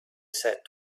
said